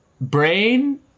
brain